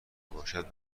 باشد